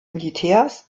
militärs